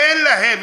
אין להם,